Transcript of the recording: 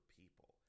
people